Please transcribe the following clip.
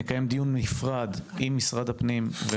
נקיים דיון נפרד עם משרד הפנים,